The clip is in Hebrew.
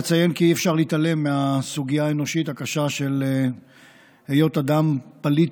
אציין כי אי-אפשר להתעלם מהסוגיה האנושית הקשה של היות אדם פליט,